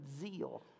zeal